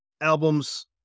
albums